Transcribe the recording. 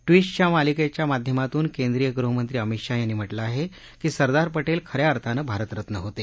टविट्सच्या मालिकेच्या माध्यमातून केंद्रीय गृहमंत्री अमित शहा यांनी म्हटलं आहे की सरदार पटेल खऱ्या अर्थानं भारत रत्न होते